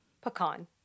Pecan